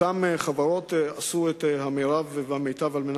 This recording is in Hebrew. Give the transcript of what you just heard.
אותן חברות עשו את המירב והמיטב כדי